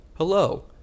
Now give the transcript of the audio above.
Hello